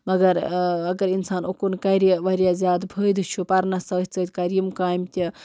مگر اگر اِنسان اُکُن کَرِ واریاہ زیادٕ فٲیِدٕ چھُ پَرنَس سۭتۍ سۭتۍ کَرِ یِم کامہِ تہِ